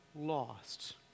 lost